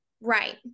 right